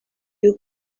you